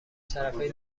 طرفه